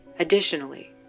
Additionally